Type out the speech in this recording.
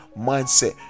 mindset